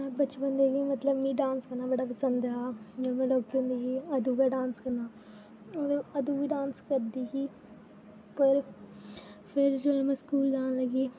में बचपन दे गै मतलब मिगी डांस करना बड़ा पसंद हा जदूं में लौह्की होंदी ही अदूं गै डांस करना अदूं बी डांस करदी ही होर फिर जोल्लै में स्कूल जान लगी